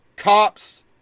Cops